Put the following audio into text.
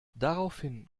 daraufhin